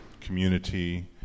community